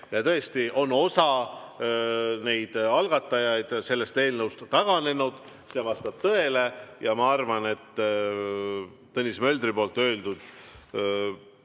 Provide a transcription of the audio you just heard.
Tõesti, osa neid algatajaid on sellest eelnõust taganenud, see vastab tõele. Ma arvan, et Tõnis Möldri öeldud